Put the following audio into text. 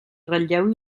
ratlleu